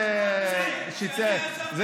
אני